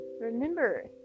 remember